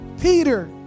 Peter